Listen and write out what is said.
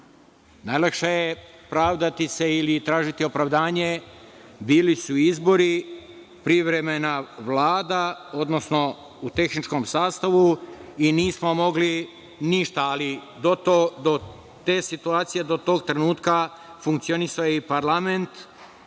Najlakše je pravdati se ili tražiti opravdanje, bili su izbori, privremena Vlada, odnosno u tehničkom sastavu i nismo mogli ništa, ali do te situacije, do tog trenutka, funkcionisao je i parlament,